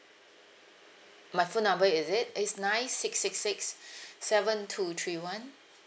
my phone number is it it's nine six six six seven two three one